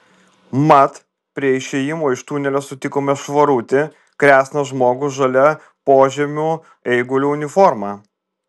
mat prie išėjimo iš tunelio sutikome švarutį kresną žmogų žalia požemių eigulio uniforma